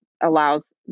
allows